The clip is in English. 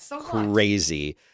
crazy